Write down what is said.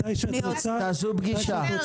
מתי שאת רוצה, בשמחה.